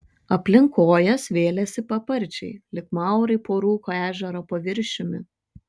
aplink kojas vėlėsi paparčiai lyg maurai po rūko ežero paviršiumi